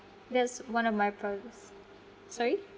that's one of my proudest sorry